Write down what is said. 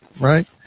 Right